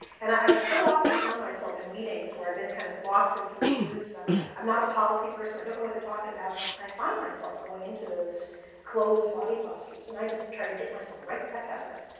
and i've so often found myself in meetings where i've been kind of lost and confused on i'm not a policy person. i don't know what they're talking about, and i find myself going into those closed body postures, and i try to get myself right back out of that.